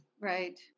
Right